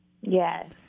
Yes